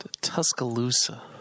Tuscaloosa